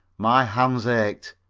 my hands ached.